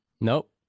Nope